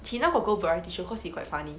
he now got go variety show cause he quite funny